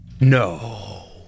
No